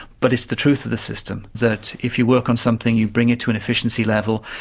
but it's the truth of the system, that if you work on something, you bring it to an efficiency level,